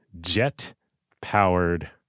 Jet-powered